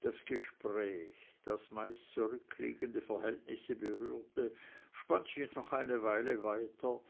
das gespräch das meist zurückliegende verhältnisse berührte spann sich noch eine weile weiter